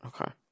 Okay